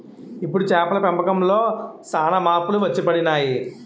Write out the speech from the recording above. ఇప్పుడు చేపల పెంపకంలో సాన మార్పులు వచ్చిపడినాయి